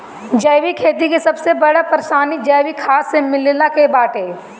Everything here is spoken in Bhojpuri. जैविक खेती के सबसे बड़ परेशानी जैविक खाद के मिलला के बाटे